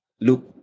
look